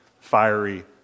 fiery